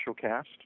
cast